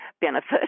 benefit